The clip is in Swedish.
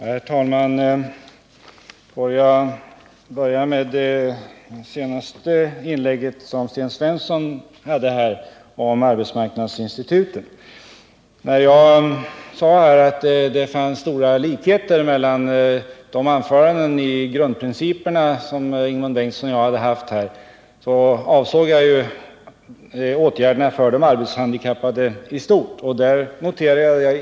Herr talman! Får jag börja med det senaste inlägget som Sten Svensson hade om arbetsmarknadsinstituten. När jag sade att det fanns stora likheter mellan de anföranden om grundprinciperna som Ingemund Bengtsson och jag hade haft här, avsåg jag åtgärderna för de arbetshandikappade i stort.